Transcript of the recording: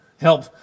Help